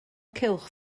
cylch